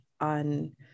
on